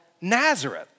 Nazareth